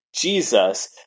Jesus